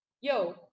Yo